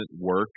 work